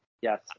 Yes